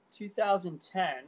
2010